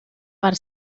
per